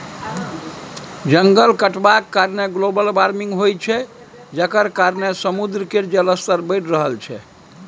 जंगल कटलाक कारणेँ ग्लोबल बार्मिंग होइ छै जकर कारणेँ समुद्र केर जलस्तर बढ़ि रहल छै